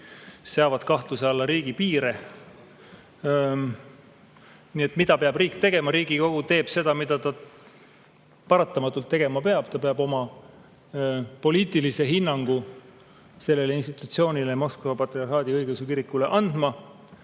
piire kahtluse alla. Nii et mida peab riik tegema? Riigikogu teeb seda, mida ta paratamatult tegema peab: ta peab andma poliitilise hinnangu sellele institutsioonile, Moskva patriarhaadi õigeusu kirikule.